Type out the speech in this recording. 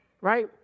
right